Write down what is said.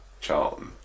Charlton